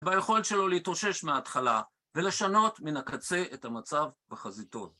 והיכולת שלו להתרושש מההתחלה ולשנות מן הקצה את המצב בחזיתו.